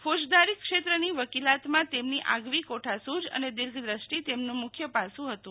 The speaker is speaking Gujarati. ફોજદારી ક્ષેત્રની વકીલાતમાં તેમની આગવી કોઠાસૂઝ અને દીર્ઘદ્રષ્ટિ તેમનું મુખ્ય પાસું હતું